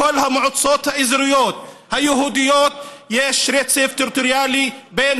בכל המועצות האזוריות היהודיות יש רצף טריטוריאלי בין